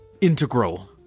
integral